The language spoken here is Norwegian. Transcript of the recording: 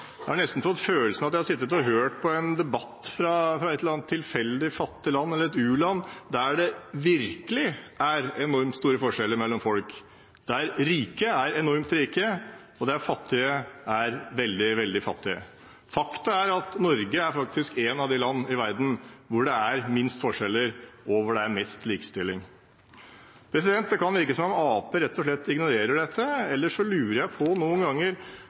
Jeg har nesten fått følelsen av at jeg har sittet og hørt på en debatt fra et eller annet tilfeldig fattig land, et u-land, der det virkelig er enormt store forskjeller mellom folk, der rike er enormt rike og der fattige er veldig, veldig fattige. Faktum er at Norge er faktisk et av de landene i verden hvor det er minst forskjeller, og hvor det er mest likestilling. Det kan virke som om Arbeiderpartiet rett og slett ignorerer dette, eller så lurer jeg noen ganger